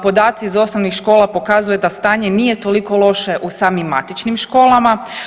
Podaci iz osnovnih škola pokazuje da stanje nije toliko loše u samim matičnim školama.